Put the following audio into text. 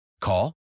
Call